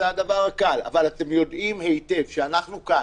אבל אתם יודעים היטב שאנחנו כאן,